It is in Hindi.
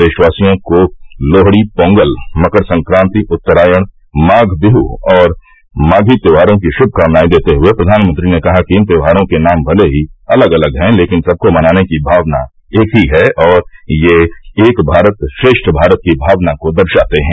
देशवासियों को लोहड़ी पोंगल मकर संक्रांति उत्तरायण माघ बिहू और माधी त्योहारों की शुभकामनाएं देते हुए प्रधानमंत्री ने कहा कि इन त्योहारों के नाम भले ही अलग अलग हैं लेकिन सबको मनाने की भावना एक ही है और ये एक भारत श्रेष्ठ भारत की भावना को दर्शाते हैं